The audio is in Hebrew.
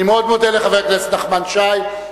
אני מאוד מודה לחבר הכנסת נחמן שי.